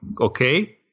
okay